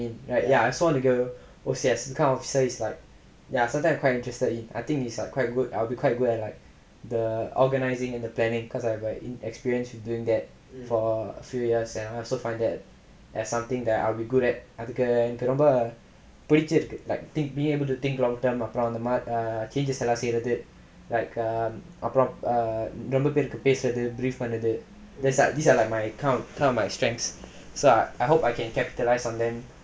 I also wanna be in O_C_S cause officer it's like ya something I quite interested in I think is quite good I will be quite good at like the organising and the planning because I have experience with doing that for a few years and also find that as something that I will be good at அதுக்கு எனக்கு ரொம்ப புடிச்சிருக்கு:athukku enakku romba pudichirukku like think be able to think long term அப்பறம் அந்தமா:apparam anthama features எல்லாம் செய்றது:ellaam seirathu like err அப்பறம் ரொம்ப பேருக்கு பேசுறது:apparam romba perukku pesurathu brief பண்றது:panrathu these are like my kind of my kind of my strengths so I hope I can capitalise on them